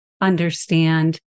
understand